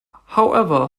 however